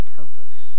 purpose